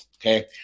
okay